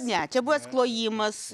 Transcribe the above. ne čia buvęs klojimas